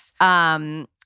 Yes